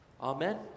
Amen